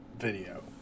video